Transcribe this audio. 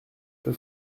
peu